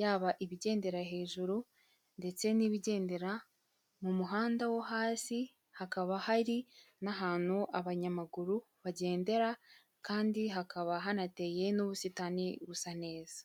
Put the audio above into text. yaba ibigendera hejuru ndetse n'ibigendera mu muhanda wo hasi hakaba hari n'ahantu abanyamaguru bagendera kandi hakaba hanateye n'ubusitani busa neza.